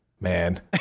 man